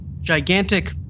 gigantic